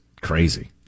crazy